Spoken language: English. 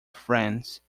france